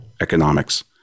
economics